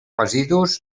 residus